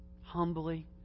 humbly